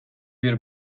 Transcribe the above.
bir